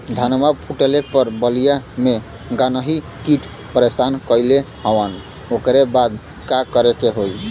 धनवा फूटले पर बलिया में गान्ही कीट परेशान कइले हवन ओकरे बदे का करे होई?